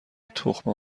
تخم